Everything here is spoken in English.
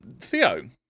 Theo